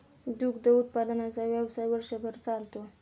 दूध उत्पादनाचा व्यवसाय वर्षभर चालतो